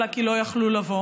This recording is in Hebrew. אלא כי לא יכלו לבוא,